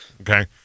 Okay